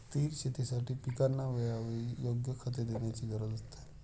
स्थिर शेतीसाठी पिकांना वेळोवेळी योग्य खते देण्याची गरज असते